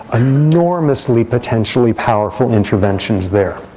enormously, potentially powerful interventions there.